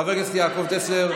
חבר הכנסת יעקב טסלר,